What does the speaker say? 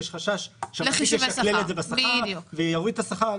יש חשש שהמעסיק ישקלל את זה בשכר ויוריד את השכר.